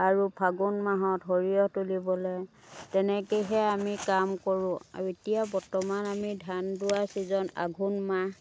আৰু ফাগুণ মাহত সৰিয়হ তুলিবলৈ তেনেকৈহে আমি কাম কৰোঁ আৰু এতিয়া বৰ্তমান আমি ধান দোৱা চিজন আঘোণ মাহ